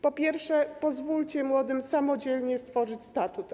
Po pierwsze, pozwólcie młodym samodzielnie stworzyć statut.